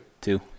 two